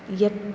यत्